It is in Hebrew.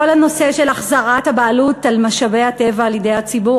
כל הנושא של החזרת הבעלות על משאבי הטבע לידי הציבור,